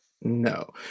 No